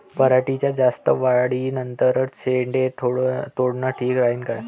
पराटीच्या जास्त वाढी नंतर शेंडे तोडनं ठीक राहीन का?